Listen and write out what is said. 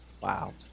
Wow